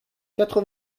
quatre